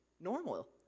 normal